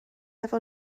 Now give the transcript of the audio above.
efo